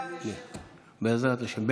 107. בעזרת השם.